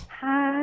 Hi